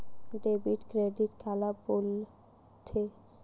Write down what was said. Debit credit काला बोल थे?